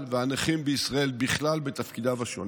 והנכים בישראל בכלל בתפקידיו השונים.